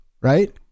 right